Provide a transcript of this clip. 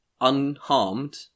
unharmed